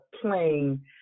playing